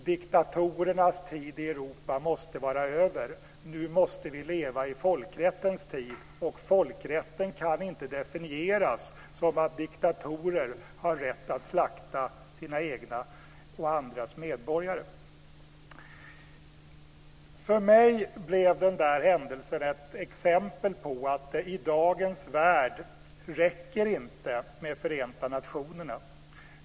Diktatorernas tid i Europa måste vara över. Nu måste vi leva i folkrättens tid. Folkrätten kan inte definieras som att diktatorer har rätt att slakta sina egna och andras medborgare. För mig blev den händelsen ett exempel på att det i dagens värld inte räcker med Förenta nationerna.